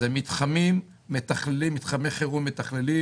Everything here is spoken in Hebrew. זה מתחמי חירום מתכללים.